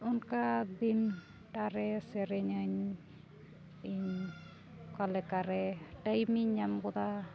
ᱚᱱᱠᱟ ᱫᱤᱱ ᱴᱟᱨᱮ ᱥᱮᱨᱮᱧ ᱟᱹᱧ ᱤᱧ ᱚᱠᱟ ᱞᱮᱠᱟᱨᱮ ᱴᱟᱭᱤᱢᱤᱧ ᱧᱟᱢ ᱜᱚᱫᱟ